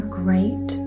great